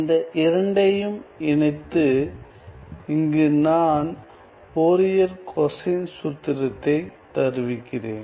இந்த இரண்டையும் இணைத்து இங்கு நான் ஃபோரியர் கொசைன் சூத்திரத்தைத் தருவிக்கிறேன்